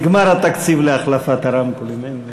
נגמר התקציב להחלפת הרמקולים.